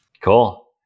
Cool